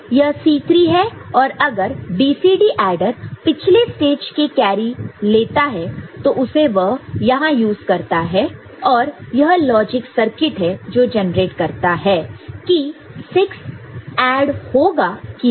यह C3 है और अगर BCD एडर पिछले स्टेज के कैरी लेता है तो उसे वह यहां यूज करता है और यह लॉजिक सर्किट है जो जनरेट करता है की 6 ऐड होगा कि नहीं